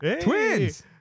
Twins